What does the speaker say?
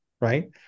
right